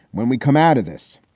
when we come out of this,